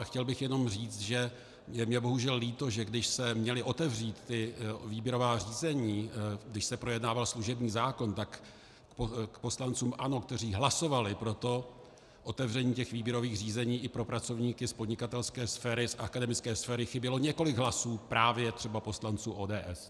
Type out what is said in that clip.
A chtěl bych jenom říct, že je mi bohužel líto, že když se měla otevřít výběrová řízení, když se projednával služební zákon, tak k poslancům ANO, kteří hlasovali pro otevření výběrových řízení i pro pracovníky z podnikatelské sféry, z akademické sféry, chybělo několik hlasů právě třeba poslanců ODS.